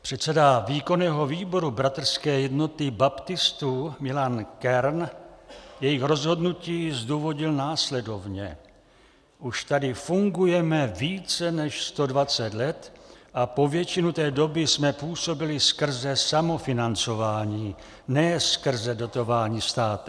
Předseda výkonného výboru Bratrské jednoty baptistů Milan Kern jejich rozhodnutí zdůvodnil následovně: Už tady fungujeme více než 120 let a po většinu té doby jsme působili skrze samofinancování, ne skrze dotování státem.